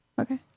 okay